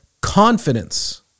confidence